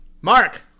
Mark